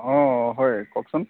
অঁ হয় কওকচোন